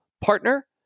partner